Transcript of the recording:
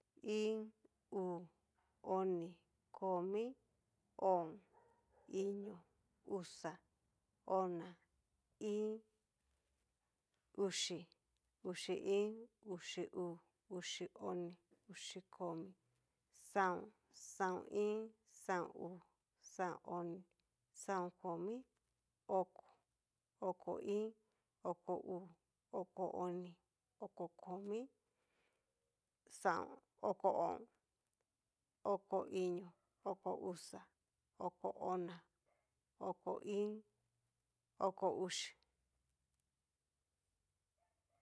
Iin, uu, oni, komi, o'on, iño, uxa, ona, íín, oxi, uxi iin, uxi uu, uxi oni, uxi komi, xaon, xaon iin, xaon uu, xaon oni, xaon komi, xaon íín, oko, oko iin, oko uu, oko oni, oko komi, xaon, oko o'on, oko iño oko uxa, oko ona, oko íín oko uxi.